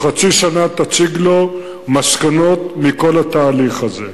חצי שנה תציג לו מסקנות מכל התהליך הזה.